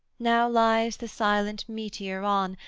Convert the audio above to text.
now lies the silent meteor on,